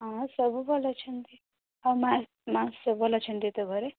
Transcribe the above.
ହଁ ସବୁ ଭଲ ଅଛନ୍ତି ଆଉ ମାଆ ମାଆ ସବୁ ଭଲ ଅଛନ୍ତି ତ ଘରେ